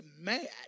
mad